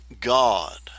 God